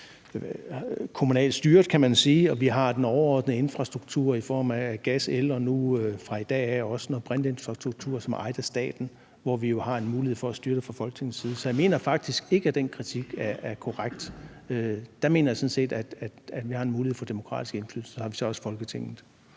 kommunalt styret, kan man sige, og vi har den overordnede infrastruktur i form af gas og el og fra i dag også brintinfrastruktur, som er ejet af staten, hvor vi jo har en mulighed for at styre det fra Folketingets side. Så jeg mener faktisk ikke, at den kritik er korrekt. Der mener jeg sådan set at vi har en mulighed for demokratisk indflydelse. Og så har vi så også Folketinget.